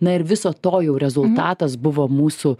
na ir viso to jau rezultatas buvo mūsų